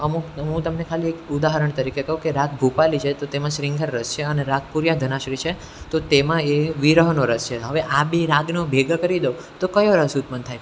અમુકને હું તમને ખાલી એક ઉદાહરણ તરીકે કહું કે રાગ ભોપાલી છે તો તેમાં શૃંગહાર રસ છે અને રાગ પૂર્યાધનાશ્રી છે તો તેમાં એ વિરહનો રસ છે હવે આ બે રાગનો હું ભેગા કરી દઉં તો કયો રસ ઉત્પન થાય